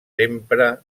sempre